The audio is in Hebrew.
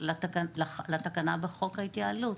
לתקנה בחוק ההתייעלות.